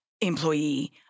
employee